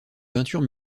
peinture